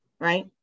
right